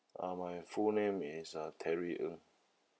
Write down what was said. uh my full name is uh terry ng